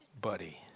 buddy